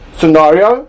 scenario